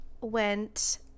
went